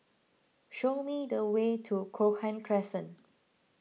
show me the way to Cochrane Crescent